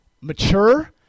mature